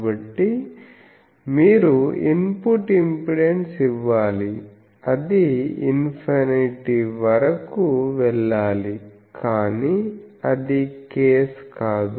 కాబట్టి మీరు input impedance ఇవ్వాలి అది ఇన్ఫినిటీ వరకు వెళ్ళాలి కానీ అది కేస్ కాదు